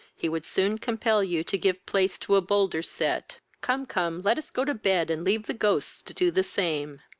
he would soon compel you to give place to a bolder set. come, come, let us go to bed, and leave the ghosts to do the same.